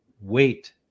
wait